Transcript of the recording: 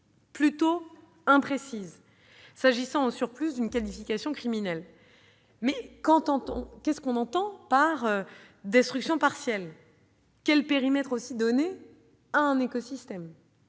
plutôt imprécise, s'agissant de surcroît d'une qualification criminelle. Qu'entend-on par « destruction partielle »? Quel périmètre donner à un écosystème ?